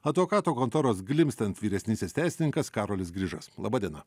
advokatų kontoros glimstent vyresnysis teisininkas karolis grižas laba diena